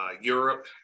Europe